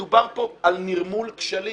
מדובר פה על נרמול כשלים.